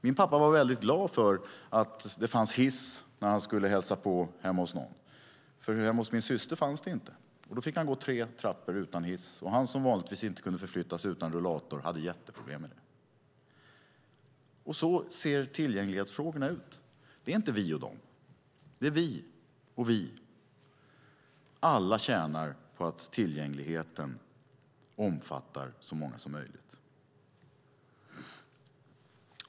Min pappa var väldigt glad för att det fanns hiss när han skulle hälsa på hemma hos någon. Men hemma hos min syster fanns det inte, och då fick han gå tre trappor utan hiss. Det hade han, som vanligtvis inte kunde förflytta sig utan rullator, jätteproblem med. Så ser tillgänglighetsfrågorna ut. Det är inte vi och de, utan det är vi och vi. Alla tjänar på att tillgängligheten omfattar så många som möjligt.